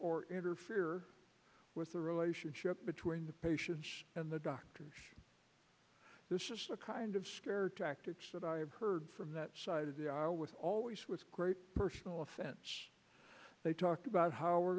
or interfere with the relationship between the patients and the doctors this is the kind of scare tactics that i've heard from that side of the aisle with always with great personal offense they talked about how we're